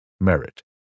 merit